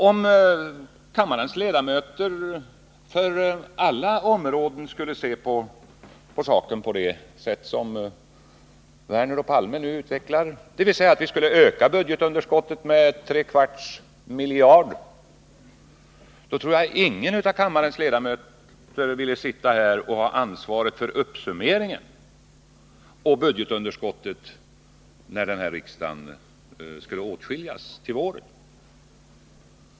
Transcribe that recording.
Om kammarens ledamöter skulle se på alla områden på det sätt som Lars Werner och Olof Palme nu utvecklar, dvs. att vi skulle öka budgetunderskottet med tre kvarts miljarder, tror jag att ingen av kammarens ledamöter ville sitta här och ha ansvaret för uppsummeringen och budgetunderskottet när den här riksdagen skall åtskiljas till våren.